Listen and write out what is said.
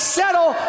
settle